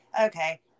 Okay